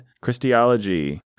Christology